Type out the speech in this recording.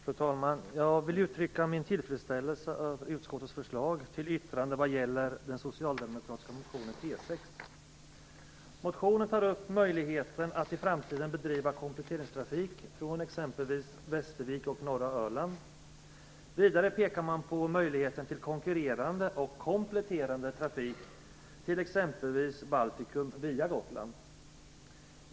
Fru talman! Jag vill uttrycka min tillfredsställelse över utskottets förslag till yttrande vad gäller den socialdemokratiska motionen T6. Motionen tar upp möjligheten att i framtiden bedriva kompletteringstrafik från exempelvis Västervik och norra Öland. Vidare pekar man på möjligheten till konkurrerande och kompletterande trafik till exempelvis Baltikum via Gotland.